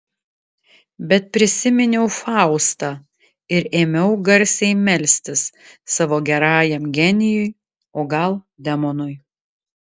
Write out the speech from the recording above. bet prisiminiau faustą ir ėmiau garsiai melstis savo gerajam genijui o gal demonui